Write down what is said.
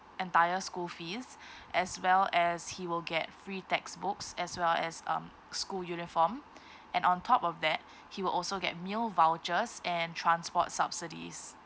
entire school fees as well as he will get free textbooks as well as um school uniform and on top of that he will also get meal vouchers and transport subsidies